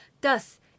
Thus